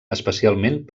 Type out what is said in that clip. especialment